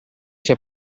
sia